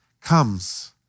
comes